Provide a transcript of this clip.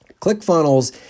ClickFunnels